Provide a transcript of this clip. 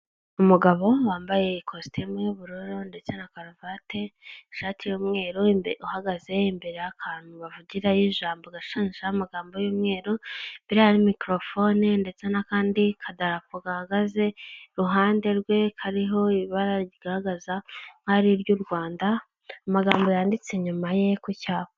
Umugabo wambaye ikositimu y'ubururu ndetse na karuvati ishati y'umweru, uhagaze imbere y'akantu bavugiraho ijambo gashushanyijeho amagambo y'umweru, imbere ye hari mikorofone ndetse n'akandi kadarapo gahagaze iruhande rwe kariho ibara rigaragaza nkaho ari iry'u Rwanda, amagambo yanditse inyuma ye ku cyapa.